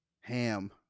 Ham